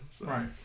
Right